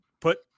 put